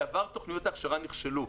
בעבר תוכניות ההכשרה נכשלו.